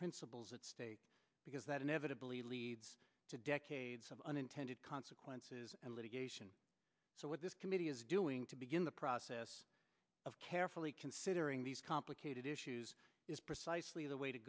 principles at stake because that inevitably leads to decades of unintended consequences and litigation so what this committee is doing to begin the process of carefully considering these complicated issues is precisely the way to